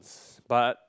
but